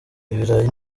ibirayi